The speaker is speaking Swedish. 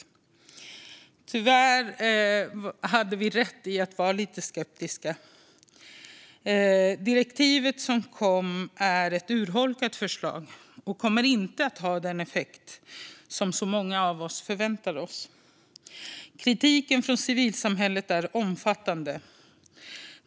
Tyvärr hade vi rätt i att vara lite skeptiska. Direktivet som kom är ett urholkat förslag och kommer inte att ha den effekt som många av oss förväntar oss. Kritiken från civilsamhället är omfattande.